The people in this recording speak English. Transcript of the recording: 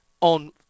on